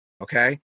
okay